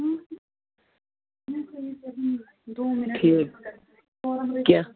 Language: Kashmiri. ٹھیٖک کیٛاہ